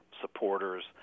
supporters